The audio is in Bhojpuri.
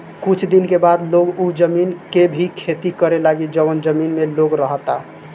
कुछ दिन के बाद लोग उ जमीन के भी खेती करे लागी जवन जमीन में लोग रहता